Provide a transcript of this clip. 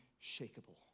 unshakable